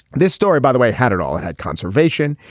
this story by the way had it all it had conservation.